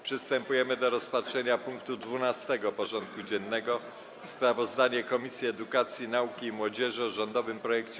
Przystępujemy do rozpatrzenia punktu 12. porządku dziennego: Sprawozdanie Komisji Edukacji, Nauki i Młodzieży o rządowym projekcie